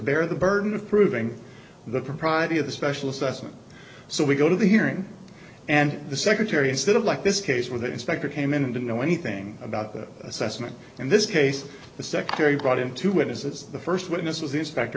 bear the burden of proving the propriety of the special assessment so we go to the hearing and the secretary instead of like this case where the inspector came in and didn't know anything about the assessment in this case the secretary brought into witnesses the first witness was